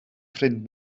ffrind